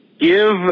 Give